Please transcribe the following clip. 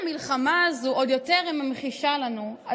המלחמה הזו עוד יותר ממחישה לנו את הסוגיה הזו,